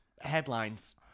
headlines